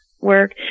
work